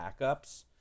backups